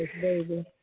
baby